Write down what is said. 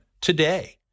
today